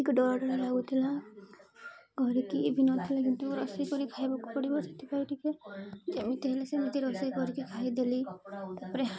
ଟିକେ ଡର ଡର ଲାଗୁଥିଲା କରିକି ବି ନଥିଲା କିନ୍ତୁ ରୋଷେଇ କରି ଖାଇବାକୁ ପଡ଼ିବ ସେଥିପାଇଁ ଟିକେ ଯେମିତି ହେଲେ ସେ ନିଜେ ରୋଷେଇ କରିକି ଖାଇଦେଲି ତା'ପରେ